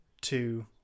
two